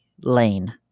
lane